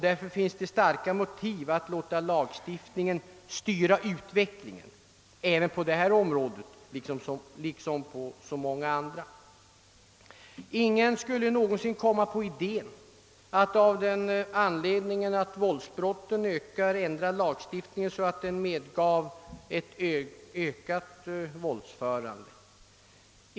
Därför finns det starka motiv att låta lagstiftningen styra utvecklingen på detta liksom på så många andra områden. Ingen skulle väl någonsin komma på idén att av den anledningen, att våldsbrotten ökar i antal, ändra lagstiftningen så, att den medgåve ett ökat våldsförande.